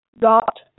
Dot